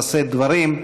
לשאת דברים.